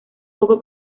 poco